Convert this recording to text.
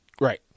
right